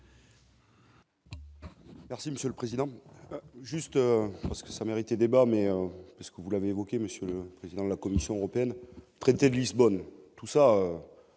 Merci Monsieur le Président, juste parce que ça méritait débat mais puisque vous l'avez évoqué, monsieur le président de la Commission européenne, traité de Lisbonne, tout ça,